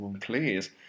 Please